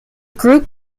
group